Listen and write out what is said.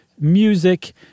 music